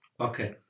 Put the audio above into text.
Okay